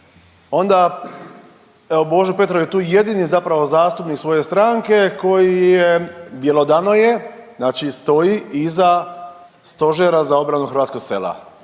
onda evo Božo Petrov je tu jedini zapravo zastupnik svoje stranke koji je, bjelodano je znači stoji iza stožera za obranu hrvatskog sela.